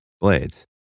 blades